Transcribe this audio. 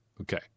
Okay